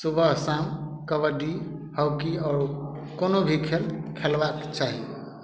सुबह शाम कबड्डी हॉकी आओर कोनो भी खेल खेलबाक चाही